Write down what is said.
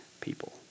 people